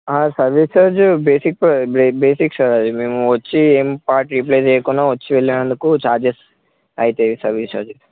service charge basic basic sir అది మేము వచ్చి ఏం పార్ట్ రీప్లేస్ చేయకుండా వచ్చి వెళ్ళినందుకు చార్జెస్ అవుతాయి సర్వీస్ చార్జెస్